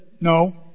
No